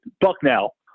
Bucknell